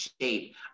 shape